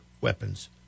weapons